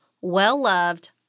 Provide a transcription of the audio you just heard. well-loved